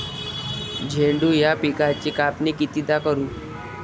झेंडू या पिकाची कापनी कितीदा करू?